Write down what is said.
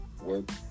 work